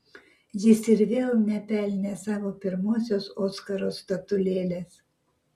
jis ir vėl nepelnė savo pirmosios oskaro statulėlės